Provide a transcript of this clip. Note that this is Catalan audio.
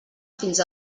fins